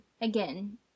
again